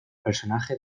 personaje